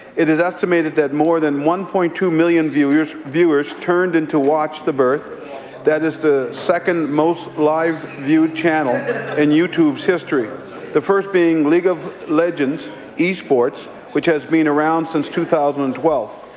it is estimated that more than one point two million viewers viewers tuned in to watch the birth that is the second most live-viewed channel in youtube's history the first being league of legends esports, which has been around since two thousand and twelve.